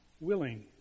willing